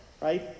Right